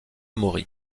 maury